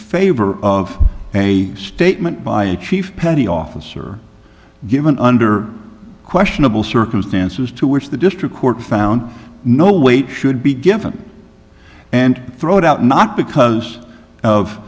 favor of a statement by a chief petty officer given under questionable circumstances to which the district court found no weight should be given and throw it out not because of